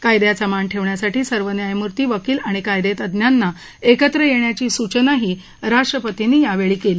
कायद्याचा मान ठेवण्यासाठी सर्व न्यायमूर्ती वकिल आणि कायदेतज्ञांना एकत्र येण्याची सूचनाही राष्ट्रपतींनी यावेळी केली